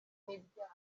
n’ibyaha